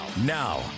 now